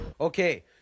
okay